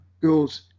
girls